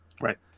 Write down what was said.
Right